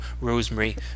rosemary